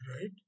right